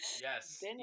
Yes